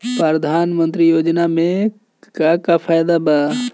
प्रधानमंत्री योजना मे का का फायदा बा?